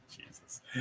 Jesus